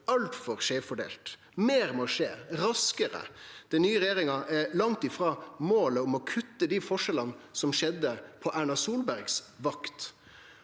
altfor skeivt fordelt. Meir må skje raskare. Den nye regjeringa er langt ifrå målet om å kutte dei forskjellane som skjedde på Erna Solbergs vakt.